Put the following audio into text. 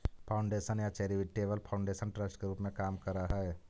foundation या charitable foundation trust के रूप में काम करऽ हई